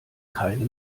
keine